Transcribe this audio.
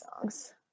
songs